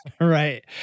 Right